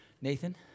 Nathan